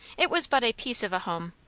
it was but a piece of a home.